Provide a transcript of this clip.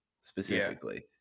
specifically